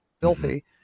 filthy